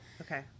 Okay